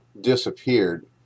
disappeared